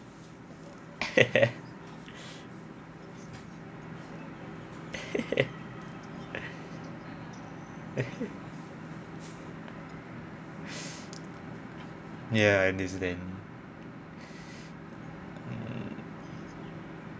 ya I understand mm